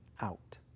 out